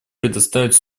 предоставить